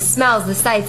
גבירותי ורבותי חברי הכנסת,